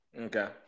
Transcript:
okay